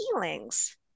feelings